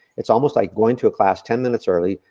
it's almost like going to a class ten minutes early,